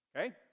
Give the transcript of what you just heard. Okay